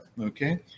okay